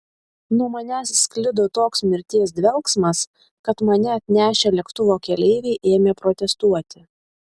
nuo manęs sklido toks mirties dvelksmas kad mane atnešę lėktuvo keleiviai ėmė protestuoti